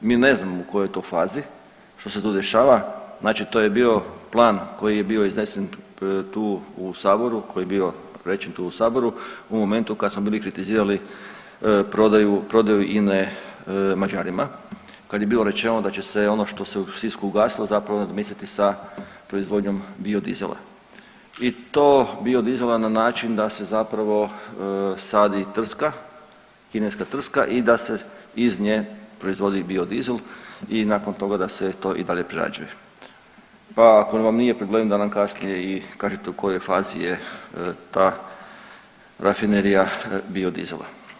Mi ne znamo u kojoj je to fazi, što se tu dešava, znači to je bio plan koji je bio iznesen tu u saboru, koji je bio rečen tu u saboru u momentu kad smo bili kritizirali prodaju, prodaju INA-e Mađarima, kad je bilo rečeno da će se ono što se u Sisku ugasilo zapravo nadomjestiti sa proizvodnjom biodizela i to biodizela na način da se zapravo sadi trska, kineska trska i da se iz nje proizvodi biodizel i nakon toga da se to i dalje prerađuje, pa ako vam nije problem da nam kasnije i kažete u kojoj fazi je ta rafinerija biodizela.